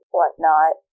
whatnot